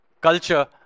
culture